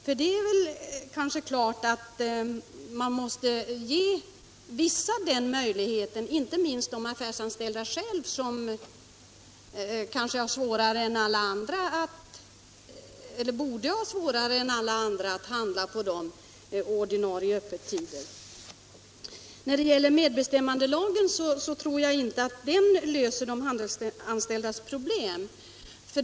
Man måste ge vissa människor en möjlighet att handla på kvällstid, inte minst de affärsanställda själva som borde ha svårare än alla andra att handla på de ordinarie öppettiderna. Medbestämmandelagen tror jag inte löser de handelsanställdas problem.